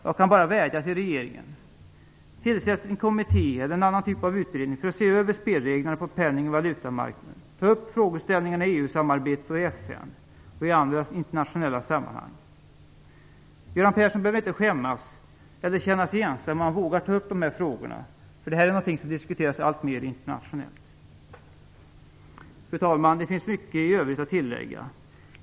Jag kan bara vädja till regeringen: Tillsätt en kommitté eller en annan typ av utredning för att se över spelreglerna på penning och valutamarknaden. Ta upp frågeställningarna i EU-samarbetet, i FN och i andra internationella sammanhang. Göran Persson behöver inte skämmas eller känna sig ensam om han vågar ta upp de här frågorna. Det här är något som diskuteras alltmer internationellt. Fru talman! Det finns mycket i övrigt att tillägga.